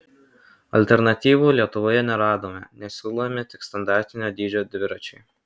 alternatyvų lietuvoje neradome nes siūlomi tik standartinio dydžio dviračiai